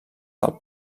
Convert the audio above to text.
del